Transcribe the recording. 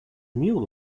mule